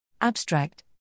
Abstract